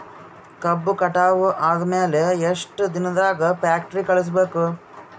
ಕಬ್ಬು ಕಟಾವ ಆದ ಮ್ಯಾಲೆ ಎಷ್ಟು ದಿನದಾಗ ಫ್ಯಾಕ್ಟರಿ ಕಳುಹಿಸಬೇಕು?